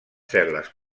cel·les